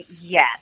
Yes